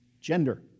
gender